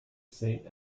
saint